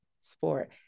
sport